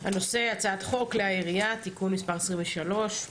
הנושא הוא הצעת חוק כלי הירייה (תיקון מס' 23),